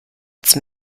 zum